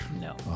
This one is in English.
No